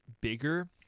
bigger